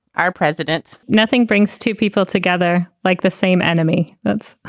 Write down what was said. our president, nothing brings two people together like the same enemy. that's